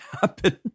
happen